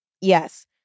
Yes